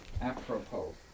apropos